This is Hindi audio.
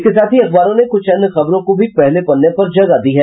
इसके साथ ही अखबारों ने कुछ अन्य खबरों को भी पहले पन्ने पर जगह दी है